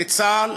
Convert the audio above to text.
לצה"ל,